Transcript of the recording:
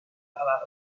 about